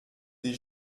des